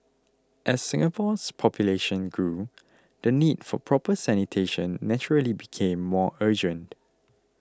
as Singapore's population grew the need for proper sanitation naturally became more urgent